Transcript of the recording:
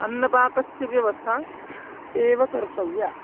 अन्नपाकस्य व्यवस्था एव कर्तव्या